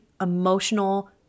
emotional